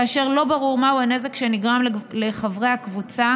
כאשר לא ברור מהו הנזק שנגרם לחברי הקבוצה,